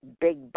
big